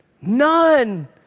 None